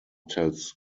tells